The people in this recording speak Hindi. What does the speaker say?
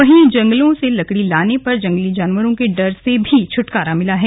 वहीं जंगलों से लकड़ी लाने पर जंगली जानवरों के डर से भी छटकारा मिला है